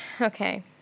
Okay